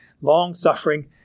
long-suffering